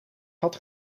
had